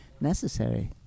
necessary